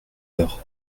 heures